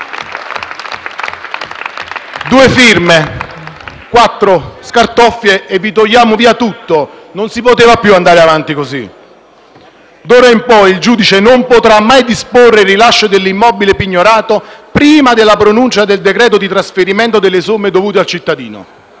Due firme, quattro scartoffie, e ti toglievano via tutto: non si poteva più andare avanti così. D'ora in poi il giudice non potrà mai disporre il rilascio dell'immobile pignorato prima della pronuncia del decreto di trasferimento delle somme dovute al cittadino;